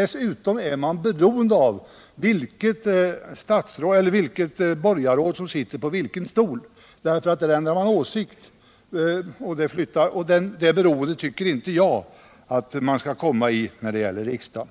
Dessutom är man på den här platsen beroende av vilket borgarråd som sitter på vilken stol, eftersom åsikterna i Stadshuset ändras. Det beroendet tycker jag inte att riksdagen skall försätta sig i!